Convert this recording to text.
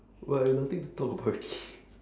but I nothing to talk about already